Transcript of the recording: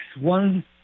one